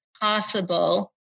possible